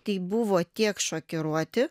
tai buvo tiek šokiruoti